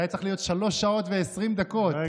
זה היה צריך להיות שלוש שעות ו-20 דקות.